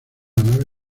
nave